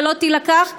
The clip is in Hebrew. ולא תילקח,